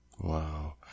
Wow